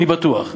אני בטוח.